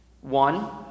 One